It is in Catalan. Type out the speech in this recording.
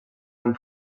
amb